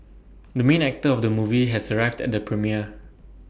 the main actor of the movie has arrived at the premiere